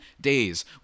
days